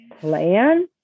plan